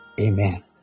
Amen